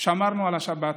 שמרנו על השבת